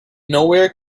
nowhere